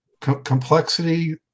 complexity